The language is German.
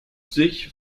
sich